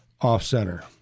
Off-Center